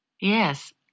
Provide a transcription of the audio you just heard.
Yes